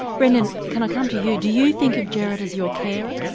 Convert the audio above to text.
brendon can i come to you, do you think of gerard as your carer?